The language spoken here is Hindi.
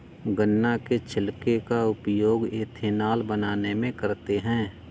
गन्ना के छिलके का उपयोग एथेनॉल बनाने में करते हैं